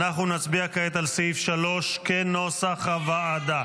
אנחנו נצביע כעת על סעיף 3 כנוסח הוועדה.